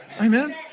Amen